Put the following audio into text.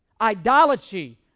Idolatry